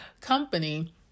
company